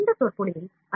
இந்த விரிவுரையில் ஐ